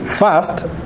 First